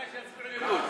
בתנאי שיצביעו ליכוד.